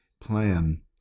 plan